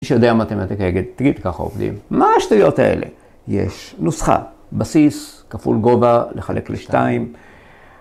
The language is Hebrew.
‫מי שיודע מתמטיקה יגיד: ‫תגיד, ככה עובדים? מה השטויות האלה? ‫יש נוסחה: בסיס כפול גובה ‫לחלק לשתיים.